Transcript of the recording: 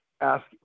Ask